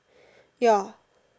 ya